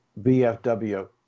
BFW